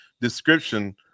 description